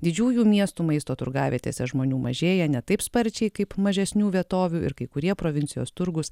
didžiųjų miestų maisto turgavietėse žmonių mažėja ne taip sparčiai kaip mažesnių vietovių ir kai kurie provincijos turgūs